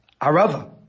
Arava